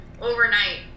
overnight